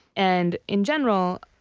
and in general,